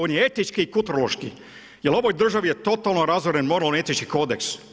On je etički i kulturološki jer u ovoj državi je totalno razoren moralno etički kodeks.